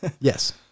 Yes